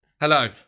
hello